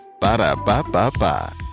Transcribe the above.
Ba-da-ba-ba-ba